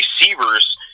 receivers